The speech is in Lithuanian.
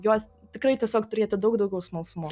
juos tikrai tiesiog turėti daug daugiau smalsumo